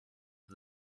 for